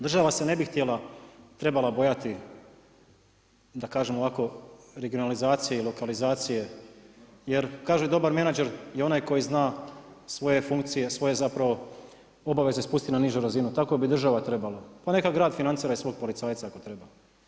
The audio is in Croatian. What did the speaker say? Država se ne bi trebala bojati da kažem ovako regionalizacije i lokalizacije jer kaže dobar menadžer je onaj koji zna svoje funkcije, svoje obaveze spusti na nižu razinu, tako bi i država trebala, pa neka grad financira svog policajca ako treba.